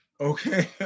Okay